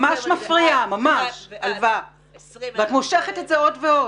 עלוה, את ממש מפריעה ואת מושכת את זה עוד ועוד.